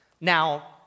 Now